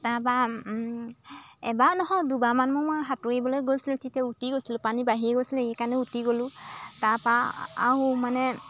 তাৰপৰা এবাৰ নহয় দুবাৰ মান মই সাঁতুৰিবলৈ গৈছিলোঁ তেতিয়া উটি গৈছিলোঁ পানী বাঢ়ি গৈছিলে সেইকাৰণে উটি গ'লোঁ তাৰপৰা আৰু মানে